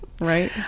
right